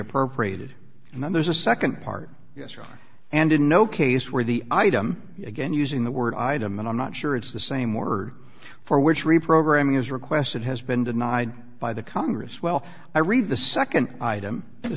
appropriated and then there's a nd part yes and in no case where the item again using the word item and i'm not sure it's the same word for which reprogramming is requested has been denied by the congress well i read the nd item to